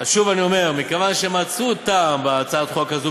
אז שוב אני אומר: מכיוון שמצאו טעם בהצעת החוק הזאת,